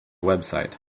website